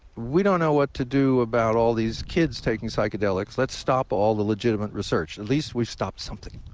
we don't know what to do about all these kids taking psychedelics. let's stop all the legitimate research. at least we stopped something.